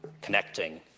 connecting